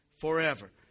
forever